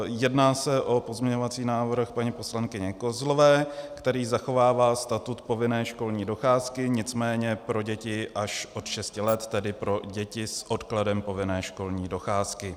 Jedná se o pozměňovací návrh paní poslankyně Kozlové, který zachovává statut povinné školní docházky, nicméně pro děti až od šesti let, tedy pro děti s odkladem povinné školní docházky.